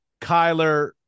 Kyler